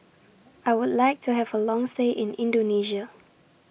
I Would like to Have A Long stay in Indonesia